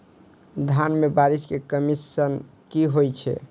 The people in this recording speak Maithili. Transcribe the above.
धान मे बारिश केँ कमी सँ की होइ छै?